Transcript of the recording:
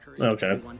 Okay